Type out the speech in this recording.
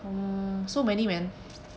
um so many man